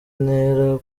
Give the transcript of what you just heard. ntera